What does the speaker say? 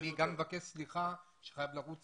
אני גם מבקש סליחה כי אני חייב לרוץ